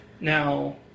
Now